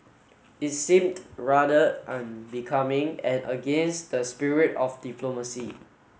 it seemed rather unbecoming and against the spirit of diplomacy